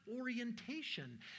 orientation